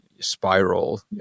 Spiral